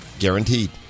Guaranteed